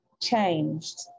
changed